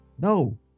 no